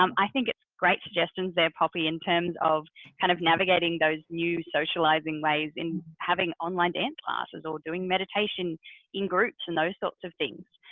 um i think it's great suggestions there, poppy in terms of kind of navigating those new socializing ways in having online dance classes or doing meditation in groups and those sorts of things.